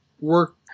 work